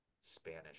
Spanish